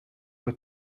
were